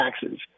taxes